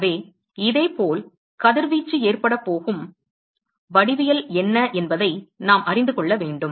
எனவே இதேபோல் கதிர்வீச்சு ஏற்படப் போகும் வடிவியல் என்ன என்பதை நாம் அறிந்து கொள்ள வேண்டும்